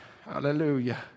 Hallelujah